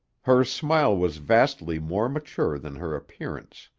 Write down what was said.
her smile was vastly more mature than her appearance.